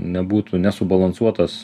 nebūtų nesubalansuotas